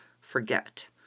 forget